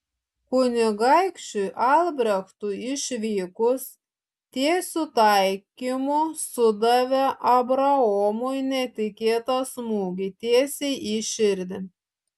kunigaikščiui albrechtui išvykus tiesiu taikymu sudavė abraomui netikėtą smūgį tiesiai į širdį